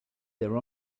their